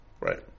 Right